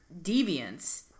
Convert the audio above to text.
deviance